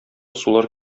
сулар